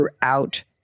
throughout